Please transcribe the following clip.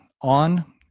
on